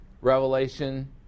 Revelation